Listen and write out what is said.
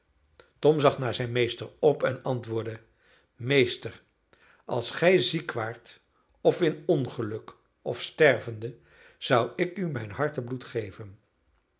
tom zag naar zijn meester op en antwoordde meester als gij ziek waart of in ongeluk of stervende zou ik u mijn hartebloed geven